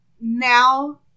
now